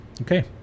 okay